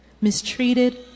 mistreated